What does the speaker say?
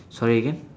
sorry again